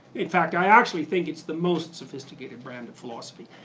in fact, i actually think it's the most sophisticated brand of philosophy.